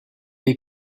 est